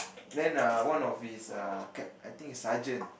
then err one of his err cap I think sergeant